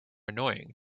annoying